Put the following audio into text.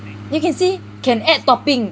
you can say can add topping